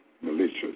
malicious